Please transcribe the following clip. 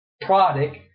product